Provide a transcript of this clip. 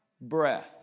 breath